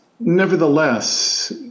Nevertheless